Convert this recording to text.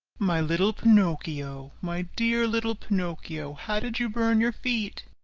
my little pinocchio, my dear little pinocchio! how did you burn your feet?